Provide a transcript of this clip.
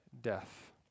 death